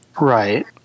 Right